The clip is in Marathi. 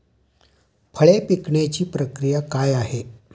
फळे पिकण्याची प्रक्रिया काय आहे?